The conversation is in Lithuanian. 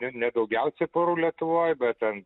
bene daugiausia porų lietuvoj bet ten